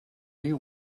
you